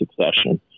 succession